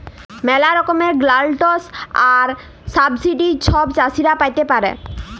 ম্যালা রকমের গ্র্যালটস আর সাবসিডি ছব চাষীরা পাতে পারে